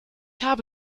habe